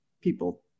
people